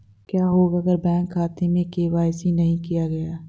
क्या होगा अगर बैंक खाते में के.वाई.सी नहीं किया गया है?